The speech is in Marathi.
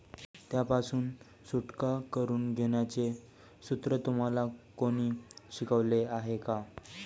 त्यापासून सुटका करून घेण्याचे सूत्र तुम्हाला कोणी शिकवले आहे का?